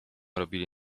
robili